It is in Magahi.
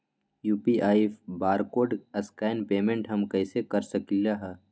यू.पी.आई बारकोड स्कैन पेमेंट हम कईसे कर सकली ह?